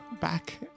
back